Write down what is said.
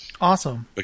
Awesome